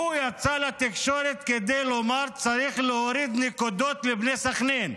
הוא יצא לתקשורת כדי לומר: צריך להוריד נקודות לבני סח'נין.